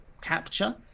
capture